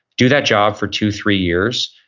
do that job for two, three years,